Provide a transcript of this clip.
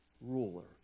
ruler